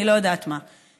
אני לא יודעת מה.